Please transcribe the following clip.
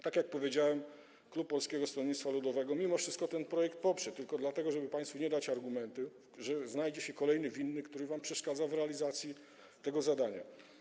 Tak jak powiedziałem, klub Polskiego Stronnictwa Ludowego mimo wszystko poprze ten projekt, ale tylko dlatego, żeby państwu nie dać argumentów, że jest się kolejnym winnym, który wam przeszkadza w realizacji tego zadania.